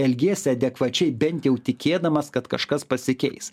elgiesi adekvačiai bent jau tikėdamas kad kažkas pasikeis